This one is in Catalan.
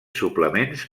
suplements